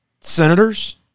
senators